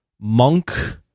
monk